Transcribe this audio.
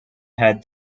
had